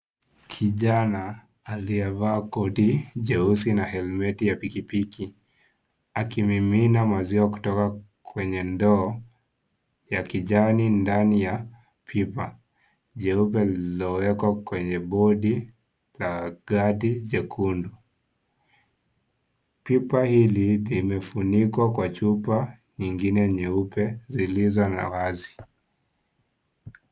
Kijana aliyevaa koti jeusi na helmeti ya pikipiki, akimimina maziwa kutoka kwenye ndoo ya kijani, ndani ya pipa jeupe lililowekwa kwenye bodi la gari jekundu. Pipa hili limefunikwa kwa chupa nyingine nyeupe zilizowazi.